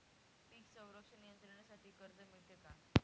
पीक संरक्षण यंत्रणेसाठी कर्ज मिळते का?